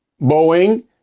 Boeing